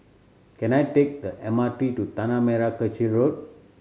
can I take the M R T to Tanah Merah Kechil Road